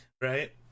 right